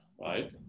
right